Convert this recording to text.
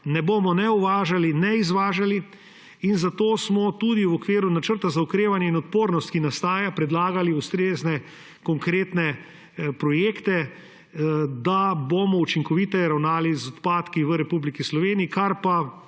ne bomo ne uvažali ne izvažali. Zato smo tudi v okviru Načrta za okrevanje in odpornost, ki nastaja, predlagali ustrezne konkretne projekte, da bomo učinkoviteje ravnali z odpadki v Republiki Sloveniji. To pa